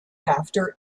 after